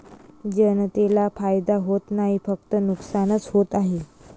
जनतेला फायदा होत नाही, फक्त नुकसानच होत आहे